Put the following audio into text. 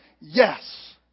yes